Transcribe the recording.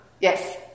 Yes